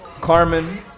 Carmen